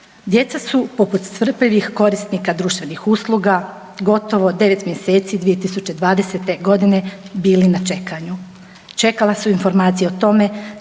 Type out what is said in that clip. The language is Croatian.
Djeca su poput strpljivih korisnika društvenih usluga, gotovo 9 mjeseci 2020. godine bili na čekanju. Čekala su informacije o tome